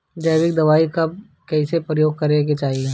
जैविक दवाई कब कैसे प्रयोग करे के चाही?